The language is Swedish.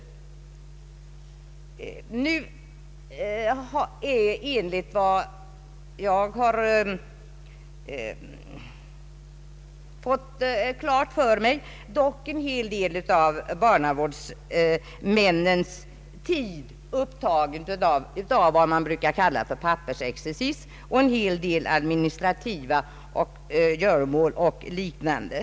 Nu är enligt vad jag har fått klart för mig en hel del av barnavårdsmännens tid upptagen av vad man brukar kalla för pappersexercis, administrativa göromål och liknande.